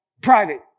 private